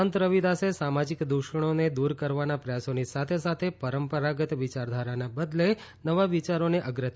સંત રવિદાસે સામાજીક દુષણોને દૂર કરવાના પ્રયાસોની સાથે સાથે પરંપરાગત વિયારધારા બદલે નવા વિયારોને અગ્રતા આપી હતી